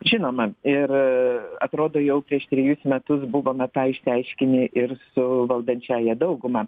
žinoma ir atrodo jau prieš trejus metus buvome tą išsiaiškinę ir su valdančiąja dauguma